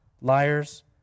liars